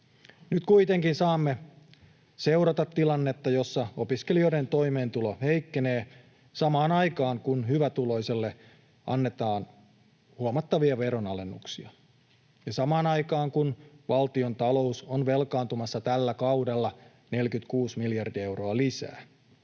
Nyt kuitenkin saamme seurata tilannetta, jossa opiskelijoiden toimeentulo heikkenee samaan aikaan kun hyvätuloisille annetaan huomattavia veronalennuksia ja samaan aikaan kun valtiontalous on velkaantumassa tällä kaudella 46 miljardia euroa lisää.